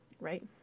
Right